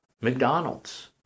McDonald's